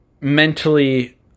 mentally